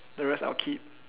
the rest I'll keep